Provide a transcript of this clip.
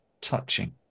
touching